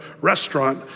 restaurant